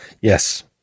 Yes